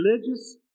religious